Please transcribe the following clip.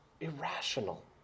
irrational